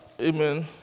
Amen